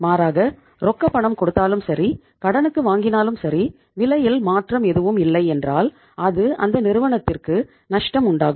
மாறாக ரொக்கப்பணம் கொடுத்தாலும் சரி கடனுக்கு வாங்கினாலும் சரி விலையில் மாற்றம் எதுவும் இல்லை என்றால் அது அந்த நிறுவனத்திற்கு நஷ்டம் உண்டாக்கும்